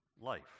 life